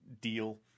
deal